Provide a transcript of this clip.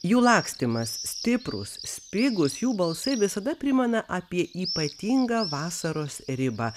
jų lakstymas stiprūs spigūs jų balsai visada primena apie ypatingą vasaros ribą